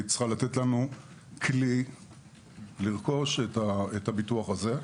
צריכה לתת לנו כלי לרכוש את הביטוח הזה.